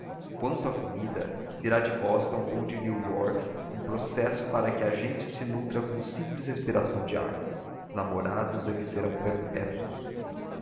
quanto à comida virá de boston ou de nova iorque um processo para que a gente se nutra com a simples respiração do ar os namorados é que serão perpétuos